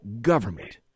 Government